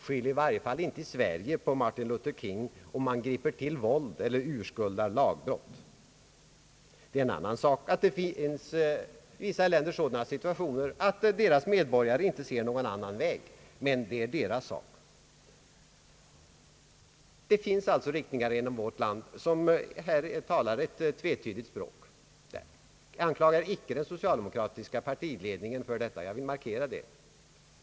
Skyll i varje fall inte i Sverige på Martin Luther King när man griper till våld eller urskuldar lagbrott! Det är en annan sak att vissa länder är i en sådan situation att deras medborgare inte ser någon annan väg, men det är deras avgörande. Det finns alltså riktningar inom vårt land som här talar ett tvetydigt språk. Jag anklagar icke den socialdemokratiska partiledningen för detta. Jag vill markera det.